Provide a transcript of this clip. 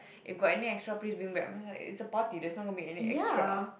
if got any extra please bring back I'm just like it's a party there's not gonna be any extra